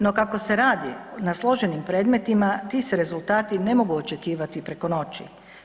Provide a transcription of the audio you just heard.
No kako se radi na složenim predmetima, ti se rezultati ne mogu očekivati preko noći.